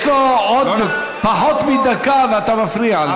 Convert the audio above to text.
עודד, יש לו עוד פחות מדקה, ואתה מפריע לו.